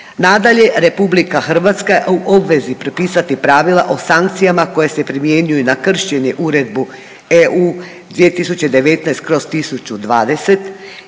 Nadalje, RH je u obvezi prepisati pravila o sankcijama koje se primjenjuju na kršenje Uredbe EU 2019/1020